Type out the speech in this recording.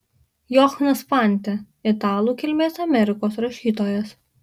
johnas fante italų kilmės amerikos rašytojas